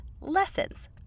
lessons